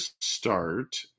start